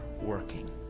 working